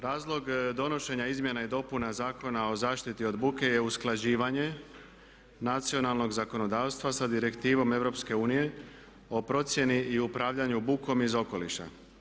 Razlog donošenja Izmjena i dopuna Zakona o zaštiti od buke je usklađivanje nacionalnog zakonodavstva sa direktivom EU o procjeni i upravljanju bukom iz okoliša.